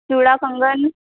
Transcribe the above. चोड़ा कंगन